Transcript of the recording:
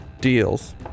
deals